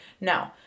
No